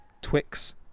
Twix